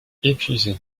épuisé